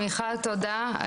מיכל, תודה.